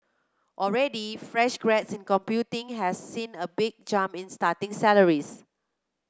already fresh grads in computing have seen a big jump in starting salaries